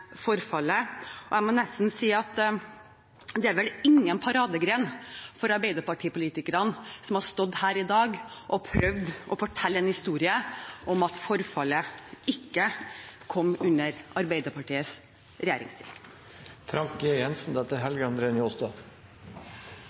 Jeg må nesten si at det er vel ingen paradegren for Arbeiderparti-politikerne som har stått her i dag og prøvd å fortelle en historie om at forfallet ikke kom under Arbeiderpartiets